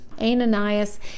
Ananias